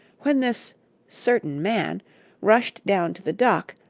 when this certain man rushed down to the dock,